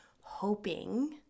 hoping